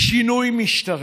שינוי משטרי.